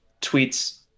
tweets